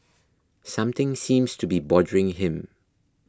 something seems to be bothering him